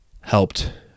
helped